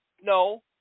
No